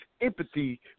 empathy